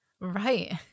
Right